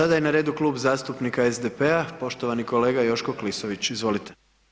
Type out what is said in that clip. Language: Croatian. Sada je na redu Klub zastupnika SDP-a, poštovani kolega Joško Klisović, izvolite.